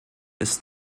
ist